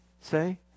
say